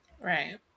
right